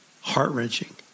heart-wrenching